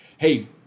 Hey